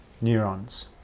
neurons